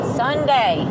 sunday